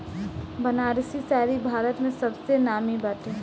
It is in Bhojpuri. बनारसी साड़ी भारत में सबसे नामी बाटे